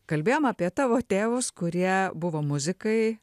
kalbėjom apie tavo tėvus kurie buvo muzikai